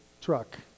truck